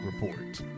Report